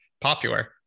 popular